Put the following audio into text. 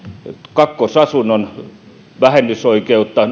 kakkosasunnon vähennysoikeutta